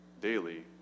daily